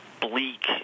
bleak